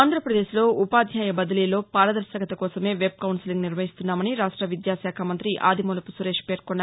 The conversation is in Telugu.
ఆంధ్రప్రదేశ్లో ఉపాధ్యాయ బదిలీల్లో పారదర్శకత కోసమే వెబ్ కౌన్సిలింగ్ నిర్వహిస్తున్నామని రాష్ట్ర విద్యాశాఖ మంత్రి ఆదిమూలపు సురేష్ పేర్కొన్నారు